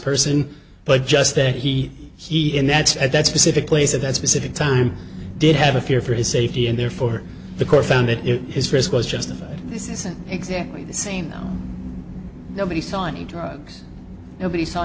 person but just that he he in that's at that specific place of that specific time did have a fear for his safety and therefore the court found that his risk was justified this isn't exactly the same no nobody saw any drugs nobody